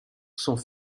sont